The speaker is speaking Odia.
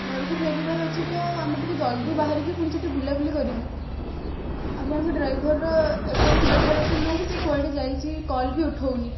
ଘରକୁ ଫେରିବାର ଅଛି ତ ଆମେ ଟିକେ ଜଲଦି ବାହାରିକି ପୁଣି ସେଠି ବୁଲାବୁଲି କରିବୁ ଆପଣଙ୍କର ଡ୍ରାଇଭରର ଏ ପର୍ଯ୍ୟନ୍ତ ଦେଖା ଦର୍ଶନ ନାହିଁ କି ସେ କୁଆଡ଼େ ଯାଇଛି କଲ୍ ବି ଉଠାଉନି